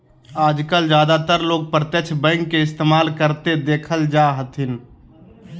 आजकल ज्यादातर लोग प्रत्यक्ष बैंक के इस्तेमाल करते देखल जा हथिन